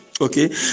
okay